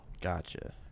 gotcha